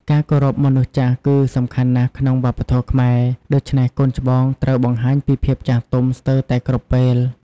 ការគោរពមនុស្សចាស់គឺសំខាន់ណាស់ក្នុងវប្បធម៌ខ្មែរ ដូច្នេះកូនច្បងត្រូវបង្ហាញពីភាពចាស់ទុំស្ទើតែគ្រប់ពេល។